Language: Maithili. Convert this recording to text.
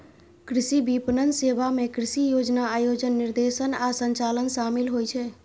कृषि विपणन सेवा मे कृषि योजना, आयोजन, निर्देशन आ संचालन शामिल होइ छै